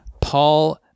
Paul